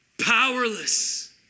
Powerless